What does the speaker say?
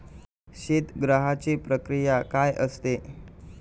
शीतगृहाची प्रक्रिया काय असते?